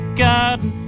garden